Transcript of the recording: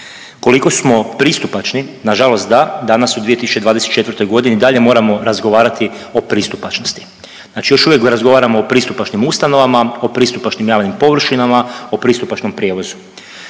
Koliko smo pristupačni na žalost da, danas u 2024. godini i dalje moramo razgovarati o pristupačnosti. Znači još uvijek razgovaramo o pristupačnim ustanovama, o pristupačnim javnim površinama, o pristupačnom prijevozu.